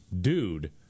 dude